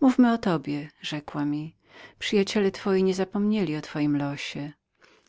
mówmy o tobie rzekła mi przyjaciele twoi nie zapomnieli o twoim losie